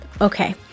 okay